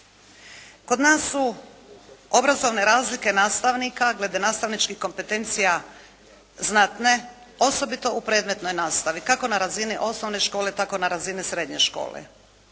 Kod nas su obrazovne razlike nastavnika glede nastavničkih kompetencija znatne, osobito u predmetnoj nastavi, kako na razini osnovne škole tako na razini srednje škole.